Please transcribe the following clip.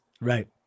Right